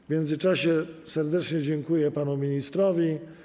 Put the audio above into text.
W międzyczasie serdecznie dziękuję panu ministrowi.